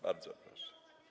Bardzo proszę.